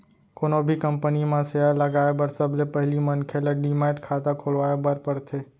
कोनो भी कंपनी म सेयर लगाए बर सबले पहिली मनखे ल डीमैट खाता खोलवाए बर परथे